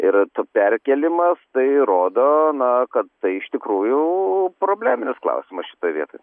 ir perkėlimas tai rodo na kad tai iš tikrųjų probleminis klausimas šitoj vietoj